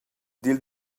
dil